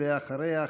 ואחריה,